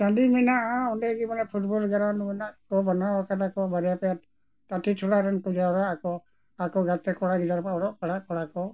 ᱴᱟᱺᱰᱤ ᱢᱮᱱᱟᱜᱼᱟ ᱚᱸᱰᱮᱜᱮ ᱢᱟᱱᱮ ᱯᱷᱩᱴᱵᱚᱞ ᱜᱨᱟᱣᱩᱱᱰ ᱢᱮᱱᱟᱜ ᱠᱚ ᱵᱟᱱᱟᱣ ᱟᱠᱟᱱᱟ ᱵᱟᱨᱭᱟ ᱯᱮᱭᱟ ᱠᱟᱹᱴᱤᱡ ᱴᱚᱞᱟ ᱨᱮᱱ ᱠᱚ ᱡᱟᱣᱨᱟ ᱟᱠᱚ ᱟᱠᱚ ᱜᱟᱛᱮ ᱠᱚᱲᱟ ᱜᱤᱫᱟᱹᱨ ᱠᱚ ᱚᱞᱚᱜ ᱯᱟᱲᱦᱟᱜ ᱠᱚᱲᱟ ᱠᱚ